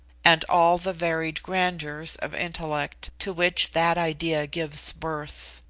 and all the varied grandeurs of intellect to which that idea gives birth?